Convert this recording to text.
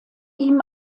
ihm